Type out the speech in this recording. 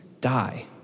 die